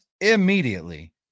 immediately